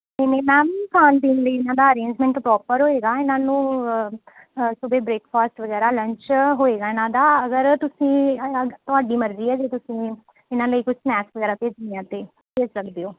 ਜਿਵੇਂ ਮੈਮ ਖਾਣ ਪੀਣ ਲਈ ਇਹਨਾਂ ਦਾ ਅਰੈਂਜਮੈਂਟ ਪ੍ਰੋਪਰ ਹੋਏਗਾ ਇਹਨਾਂ ਨੂੰ ਸੁਬੇ ਬ੍ਰੇਕਫਾਸਟ ਵਗੈਰਾ ਲੰਚ ਹੋਏਗਾ ਇਹਨਾਂ ਦਾ ਅਗਰ ਤੁਸੀਂ ਅਲੱਗ ਤੁਹਾਡੀ ਮਰਜ਼ੀ ਹੈ ਜੇ ਤੁਸੀਂ ਇਹਨਾਂ ਲਈ ਕੁਛ ਸਨੈਕਸ ਵਗੈਰਾ ਭੇਜਣੇ ਆ ਤਾਂ ਭੇਜ ਸਕਦੇ ਹੋ